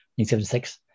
1976